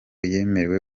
yemerewe